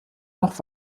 noch